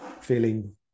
feeling